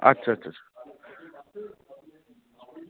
আচ্ছা আচ্ছা আচ্ছা আচ্ছা